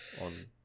on